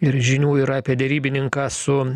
ir žinių yra apie derybininką su